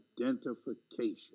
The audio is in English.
Identification